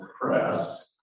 press